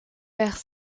vers